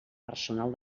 personal